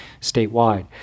statewide